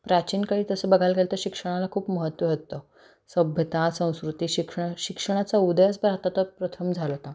प्राचीन काळी तसं बघायला गेलं तर शिक्षणाला खूप महत्त्व होतं सभ्यता संस्कृती शिक्षण शिक्षणाचा उदयच भारतात प्रथम झाला होता